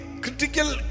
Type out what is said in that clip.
critical